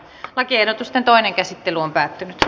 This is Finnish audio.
lakiehdotusten toinen käsittely päättyi